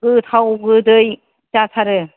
गोथाव गोदै जाथारो